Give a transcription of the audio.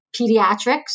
pediatrics